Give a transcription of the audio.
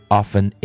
often